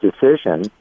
decision